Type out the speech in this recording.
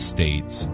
States